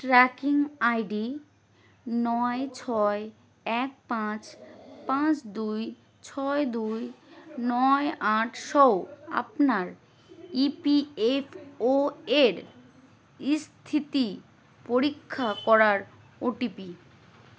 tracking ID নয় ছয় এক পাঁচ পাঁচ দুই ছয় দুই নয় আটসো আপনার ই পি এফ ওয়ের স্থিতি পরীক্ষা করার ওটিপি